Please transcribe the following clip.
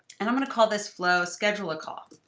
and i'm going to call this flow, schedule a call.